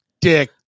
dick